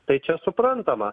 tai čia suprantama